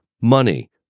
Money